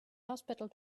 hospital